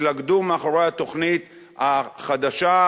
יתלכדו מאחורי התוכנית החדשה,